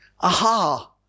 Aha